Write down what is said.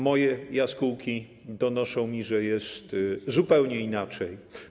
Moje jaskółki donoszą mi, że jest zupełnie inaczej.